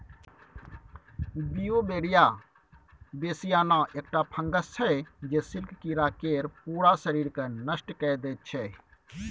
Beauveria bassiana एकटा fungus छै जे सिल्क कीरा केर पुरा शरीरकेँ नष्ट कए दैत छै